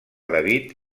david